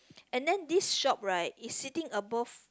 and then this shop right is sitting above